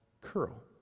curl